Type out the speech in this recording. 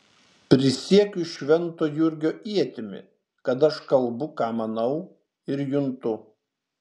prisiekiu švento jurgio ietimi kad aš kalbu ką manau ir juntu